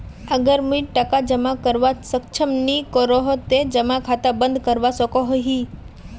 अगर मुई टका जमा करवात सक्षम नी करोही ते जमा खाता बंद करवा सकोहो ही?